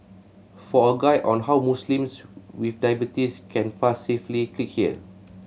for a guide on how Muslims with diabetes can fast safely click here